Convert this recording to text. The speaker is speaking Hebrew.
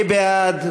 מי בעד?